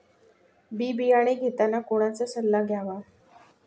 बी बियाणे घेताना कोणाचा सल्ला घ्यावा?